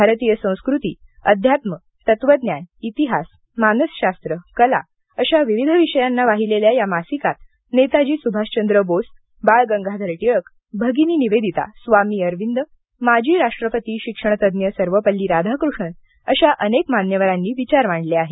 भारतीय संस्कृती अध्यात्म तत्वज्ञान इतिहास मानसशास्त्र कला अश्या विविध विषयांना वाहिलेल्या या मासिकांत नेताजी सुभाषचंद्र बोस बाळ गंगाधर टिळक भगिनी निवेदिता स्वामी अरविंद माजी राष्ट्रपती शिक्षणतज्ञ सर्वपल्ली राधाकृष्णन अश्या अनेक मान्यवरांनी विचार मांडले आहेत